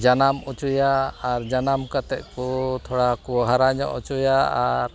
ᱡᱟᱱᱟᱢ ᱚᱪᱚᱭᱟ ᱟᱨ ᱡᱟᱱᱟᱢ ᱠᱟᱛᱮᱠᱚ ᱛᱷᱚᱲᱟᱠᱚ ᱦᱟᱨᱟᱧᱚᱜ ᱚᱪᱚᱭᱟ ᱟᱨ